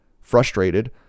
Frustrated